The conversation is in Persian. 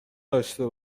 داشته